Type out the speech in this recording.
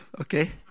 Okay